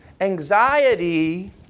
Anxiety